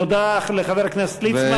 תודה לחבר הכנסת ליצמן.